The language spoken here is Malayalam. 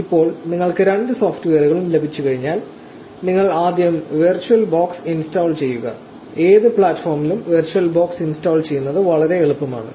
ഇപ്പോൾ നിങ്ങൾക്ക് രണ്ട് സോഫ്റ്റ്വെയറുകളും ലഭിച്ചുകഴിഞ്ഞാൽ നിങ്ങൾ ആദ്യം വെർച്വൽ ബോക്സ് ഇൻസ്റ്റാൾ ചെയ്യുക ഏത് പ്ലാറ്റ്ഫോമിലും വെർച്വൽ ബോക്സ് ഇൻസ്റ്റാൾ ചെയ്യുന്നത് വളരെ എളുപ്പമാണ്